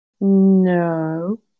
No